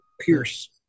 pierce